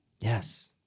Yes